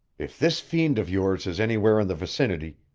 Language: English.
if this fiend of yours is anywhere in the vicinity,